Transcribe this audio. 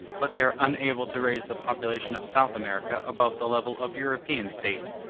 but they are unable to raise the population of south america above the level of european states,